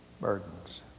burdens